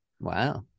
Wow